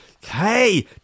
Hey